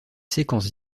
séquences